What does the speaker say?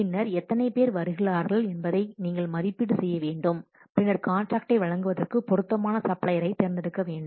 பின்னர் எத்தனை பேர் வருகிறார்கள் என்பதை நீங்கள் மதிப்பீடு செய்ய வேண்டும் பின்னர் காண்ட்ராக்ட்டை வழங்குவதற்கு பொருத்தமான சப்ளையரைத் தேர்ந்தெடுக்க வேண்டும்